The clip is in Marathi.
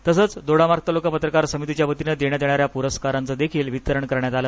तसंच दोडामार्ग तालुका पत्रकार समितीच्या वतीने देण्यात येणाऱ्या पुरस्कारांचही वितरण करण्यात आलं